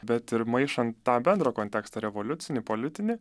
bet ir maišant tą bendrą kontekstą revoliucinį politinį